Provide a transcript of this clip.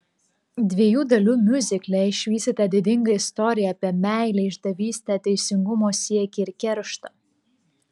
dviejų dalių miuzikle išvysite didingą istoriją apie meilę išdavystę teisingumo siekį ir kerštą